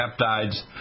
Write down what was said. peptides